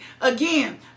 again